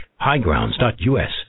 highgrounds.us